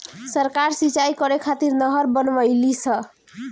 सरकार सिंचाई करे खातिर नहर बनवईलस